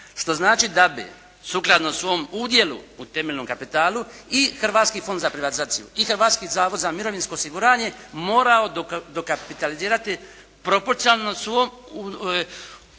što znači da bi sukladno svom udjelu u temeljnom kapitalu i Hrvatski fond za privatizaciju i Hrvatski zavod za mirovinsko osiguranje morao dokapitalizirati proporcionalno svom udjelu